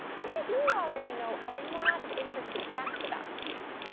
i bet you already know a lot of interesting facts about seeds.